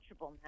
now